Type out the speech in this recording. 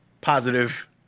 positive